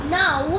now